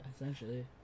Essentially